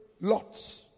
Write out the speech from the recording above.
lots